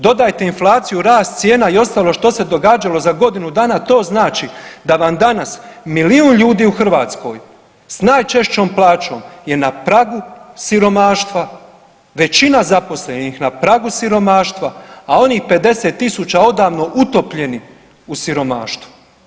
Dodajte inflaciju, rast cijena i ostalo što se događalo za godinu dana, to znači da vam danas milijun ljudi u Hrvatskoj s najčešćom plaćom je na pragu siromaštva, većina zaposlenih na pragu siromaštva, a onih 50 000 odavno utopljenih u siromaštvu.